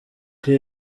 rya